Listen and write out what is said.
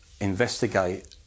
investigate